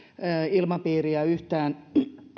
ilmapiiriä yhtään